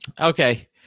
Okay